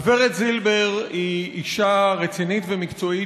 הגברת זילבר היא אישה רצינית ומקצועית,